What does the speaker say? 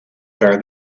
bear